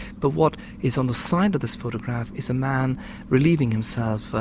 but what is on the side of this photograph is a man relieving himself,